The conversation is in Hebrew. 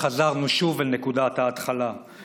חזרנו שוב אל נקודת ההתחלה,